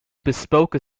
bespoke